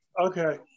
Okay